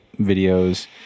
videos